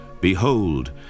Behold